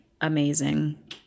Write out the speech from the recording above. amazing